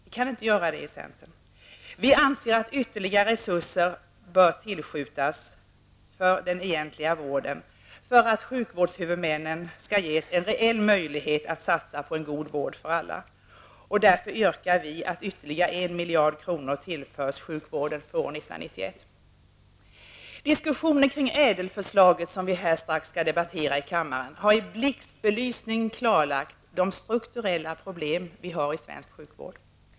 Vi kan inte göra det i centern. Vi anser att ytterligare resurser bör tillskjutas för den egentliga vården för att sjukvårdshuvudmännen skall ges en reell möjlighet att satsa på en god vård för alla. Därför yrkar vi att ytterligare 1 miljard kronor tillförs sjukvården för år 1991. Diskussioner kring Ädelförslaget, som vi strax skall debattera i kammaren, har i blixtbelysning klarlagt de strukturella problem vi har i svensk sjukvård.